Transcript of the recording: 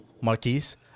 Marquise